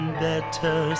better